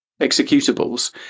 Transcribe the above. executables